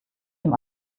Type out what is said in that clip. dem